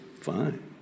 Fine